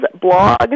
blog